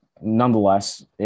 nonetheless